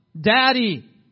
daddy